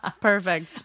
Perfect